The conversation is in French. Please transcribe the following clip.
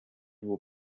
vous